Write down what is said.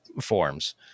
forms